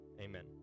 Amen